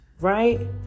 right